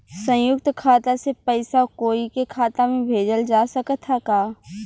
संयुक्त खाता से पयिसा कोई के खाता में भेजल जा सकत ह का?